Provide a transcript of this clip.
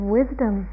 wisdom